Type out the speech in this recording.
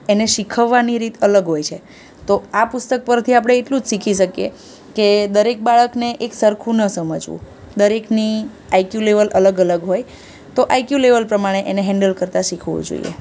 એને શીખવવાની રીત અલગ હોય છે તો આ પુસ્તક પરથી આપણે એટલું જ શીખી શકીએ કે દરેક બાળકને એક સરખું ન સમજવું દરેકની આઇકયું લેવલ અલગ અલગ હોય તો આઇકયું લેવલ પ્રમાણે એને હેન્ડલ કરતાં શીખવું જોઈએ